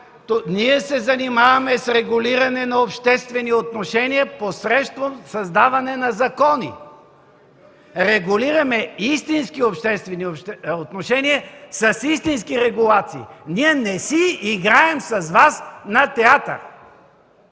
Ние се занимаваме с регулиране на обществени отношения посредством създаване на закони. Регулираме истински обществени отношения с истински регулации. Ние не си играем с Вас на театър.